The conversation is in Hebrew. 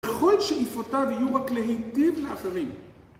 יכול להיות שאיפותיו יהיו רק להיטב לאחרים.